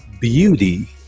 Beauty